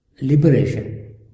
liberation